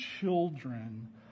children